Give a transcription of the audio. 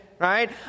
right